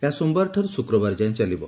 ଏହା ସୋମବାର ଠାରୁ ଶୁକ୍ରବାର ଯାଏ ଚାଲିବ